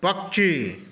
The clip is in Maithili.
पक्षी